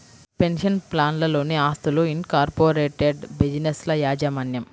pension ప్లాన్లలోని ఆస్తులు, incorporated బిజినెస్ల యాజమాన్యం